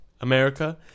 America